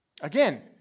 Again